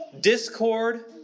discord